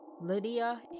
Lydia